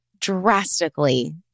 drastically